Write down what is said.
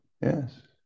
yes